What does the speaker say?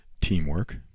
teamwork